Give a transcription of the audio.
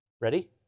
Ready